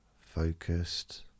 focused